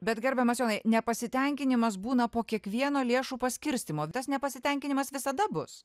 bet gerbiamas jonai nepasitenkinimas būna po kiekvieno lėšų paskirstymo tas nepasitenkinimas visada bus